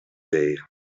day